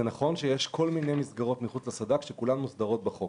זה נכון שיש כל מיני מסגרות מחוץ לסד"כ שכולן מוסדרות בחוק.